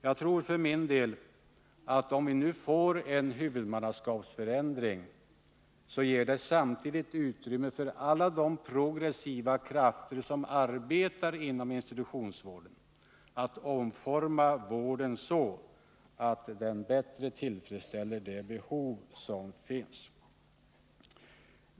Jag tror för min del att om vi nu får en huvudmannaskapsförändring så ger det samtidigt utrymme för alla de progressiva krafter som arbetar inom institutionsvården att omforma vården så att den bättre tillfredsställer de behov som finns.